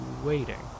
waiting